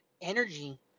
energy